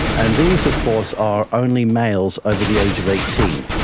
and these of course are only males over the age of eighteen.